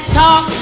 talk